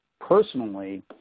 Personally